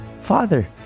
father